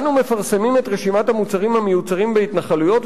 אנו מפרסמים את רשימת המוצרים המיוצרים בהתנחלויות,